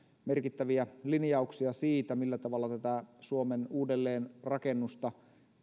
merkittäviä linjauksia siitä millä tavalla tätä suomen uudelleenrakennusta